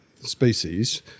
species